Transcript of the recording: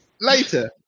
later